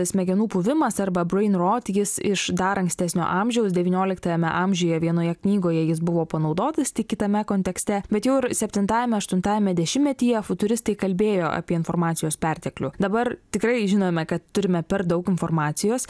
smegenų puvimas arba brain rot jis iš dar ankstesnio amžiaus devynioliktajame amžiuje vienoje knygoje jis buvo panaudotas tik kitame kontekste bet jau ir septintajame aštuntajame dešimtmetyje futuristai kalbėjo apie informacijos perteklių dabar tikrai žinome kad turime per daug informacijos